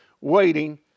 waiting